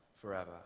forever